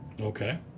okay